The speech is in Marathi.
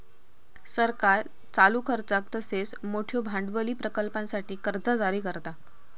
सरकार चालू खर्चाक तसेच मोठयो भांडवली प्रकल्पांसाठी कर्जा जारी करता